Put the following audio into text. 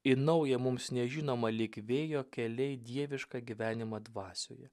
į naują mums nežinomą lyg vėjo keliai dievišką gyvenimą dvasioje